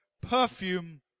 perfume